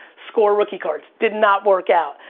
score rookie cards. did not work out.